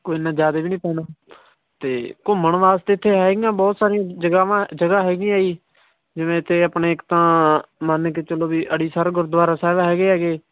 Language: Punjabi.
ਕੋਈ ਇੰਨਾ ਜ਼ਿਆਦਾ ਵੀ ਨਹੀਂ ਪੈਣਾ ਅਤੇ ਘੁੰਮਣ ਵਾਸਤੇ ਇੱਥੇ ਹੈਗੀਆਂ ਬਹੁਤ ਸਾਰੀਆਂ ਜਗ੍ਹਾਵਾਂ ਜਗ੍ਹਾ ਹੈਗੀਆਂ ਜੀ ਜਿਵੇਂ ਇੱਥੇ ਆਪਣੇ ਇੱਕ ਤਾਂ ਮੰਨ ਕੇ ਚੱਲੋ ਵੀ ਅੜੀਸਰ ਗੁਰਦੁਆਰਾ ਸਾਹਿਬ ਹੈਗੇ ਐਗੇ